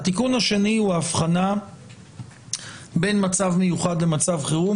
התיקון השני הוא ההבחנה בין מצב מיוחד למצב חירום,